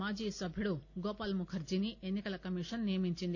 మాజీ సభ్యుడు గోపాల్ ముఖర్జీని ఎన్ని కల కమీషన్ నియమించింది